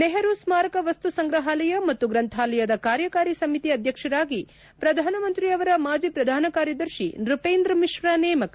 ನೆಹರು ಸ್ನಾರಕ ವಸ್ತು ಸಂಗ್ರಹಾಲಯ ಮತ್ತು ಗ್ರಂಥಾಲಯದ ಕಾರ್ಯಕಾರಿ ಸಮಿತಿ ಅಧ್ಯಕ್ಷರಾಗಿ ಪ್ರಧಾನ ಮಂತ್ರಿರವರ ಮಾಜಿ ಪ್ರಧಾನ ಕಾರ್ಯದರ್ಶಿ ನೃಪೇಂದ್ರ್ ಮಿಶ್ರ ನೇಮಕ